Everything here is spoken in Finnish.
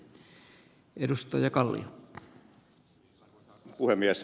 arvoisa puhemies